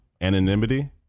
anonymity